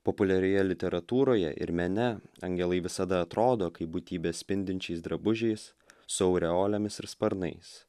populiarioje literatūroje ir mene angelai visada atrodo kaip būtybės spindinčiais drabužiais su aureolėmis ir sparnais